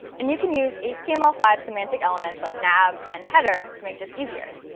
and you can use h t m l five semantic elements like nav and header to make this easier,